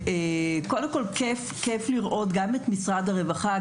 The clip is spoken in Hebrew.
כיף לראות גם את משרד הרווחה,